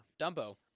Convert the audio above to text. Dumbo